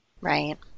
Right